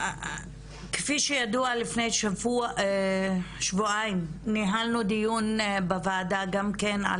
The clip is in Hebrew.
כפי שידוע לפני שבועיים ניהלנו דיון בוועדה גם כן על